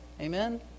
Amen